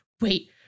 wait